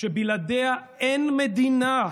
שבלעדיה אין מדינה,